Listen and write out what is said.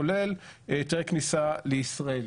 כולל היתרי כניסה לישראל.